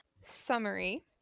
Summary